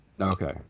Okay